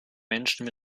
menschen